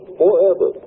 forever